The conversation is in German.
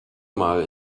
mal